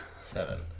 Seven